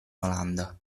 olanda